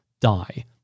die